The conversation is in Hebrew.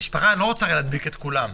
המשפחה הרי לא רוצה להדביק את כולם,